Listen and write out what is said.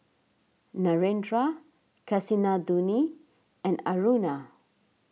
Narendra Kasinadhuni and Aruna